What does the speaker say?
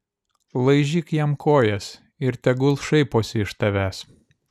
laižyk jam kojas ir tegul šaiposi iš tavęs